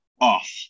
off